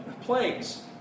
plagues